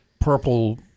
purple